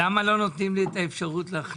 לא, אבל למה לא נותנים לי את האפשרות להחליט?